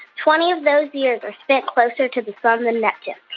twenty of those years are spent closer to the sun than neptune